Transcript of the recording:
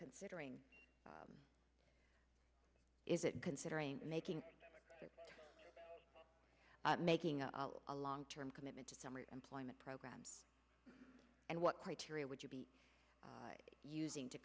considering is it considering making making a long term commitment to summer employment programs and what criteria would you be using to